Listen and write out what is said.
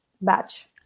batch